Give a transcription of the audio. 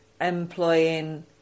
employing